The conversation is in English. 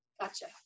Gotcha